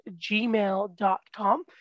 gmail.com